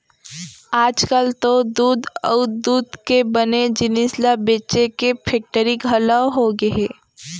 आजकाल तो दूद अउ दूद के बने जिनिस ल बेचे के फेक्टरी घलौ होगे हे